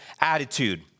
attitude